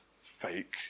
fake